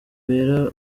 bahera